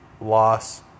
loss